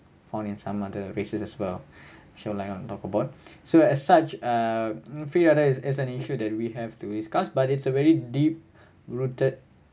found in some other races as well sure you want to talk about so as such ah free rider is is an issue that we have to discuss but it's a very deep rooted